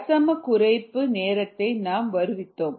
தசம குறைப்பு நேரத்தை நாம் வருவித்தோம்